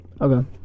Okay